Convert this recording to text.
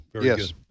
Yes